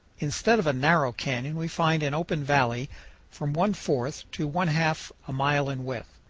instead of a narrow canyon we find an open valley from one fourth to one half a mile in width.